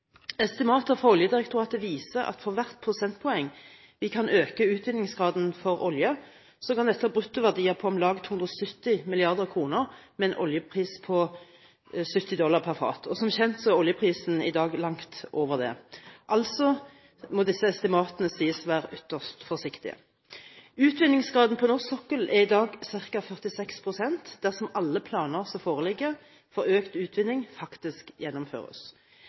Estimater fra Oljedirektoratet viser at for hvert prosentpoeng vi kan øke utvinningsgraden for olje, kan dette ha bruttoverdier på om lag 270 mrd. kr med en oljepris på 70 dollar per fat – og som kjent er oljeprisen i dag langt over det, altså må disse estimatene sies å være ytterst forsiktige. Utvinningsgraden på norsk sokkel er i dag ca. 46 pst. dersom alle planer som foreligger for økt utvinning, faktisk gjennomføres.